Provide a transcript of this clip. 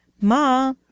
Ma